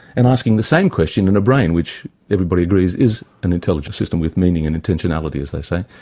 and asking the same question in a brain, which everybody agrees is an intelligent system with meaning and intentionality, as they say.